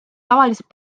tavaliselt